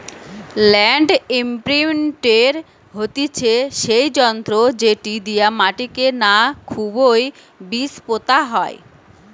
land ইমপ্রিন্টের হতিছে সেই যন্ত্র যেটি দিয়া মাটিকে না খুবই বীজ পোতা হয়